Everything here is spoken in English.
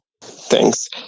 thanks